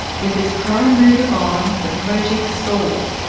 with its prime mover gone, the project stalled,